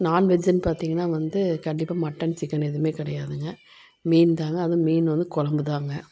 நான்வெஜ்ஜுன்னு பார்த்தீங்கனா வந்து கண்டிப்பாக மட்டன் சிக்கன் எதுவுமே கிடையாதுங்க மீன்தாங்க அதுவும் மீன் வந்து குழம்புதாங்க